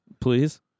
Please